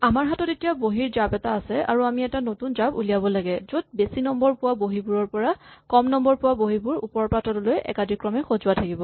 আমাৰ হাতত এতিয়া বহীৰ জাপ এটা আছে আৰু আমি এটা নতুন জাপ উলিয়াব লাগে য'ত বেছি নম্বৰ পোৱা বহীবোৰৰ পৰা কম নম্বৰ পোৱা বহীবোৰ ওপৰৰ পৰা তললৈ একাদিক্ৰমে সজোৱা থাকিব